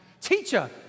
Teacher